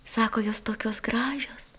sako jos tokios gražios